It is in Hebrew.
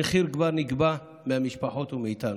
המחיר כבר נגבה מהמשפחות ומאיתנו,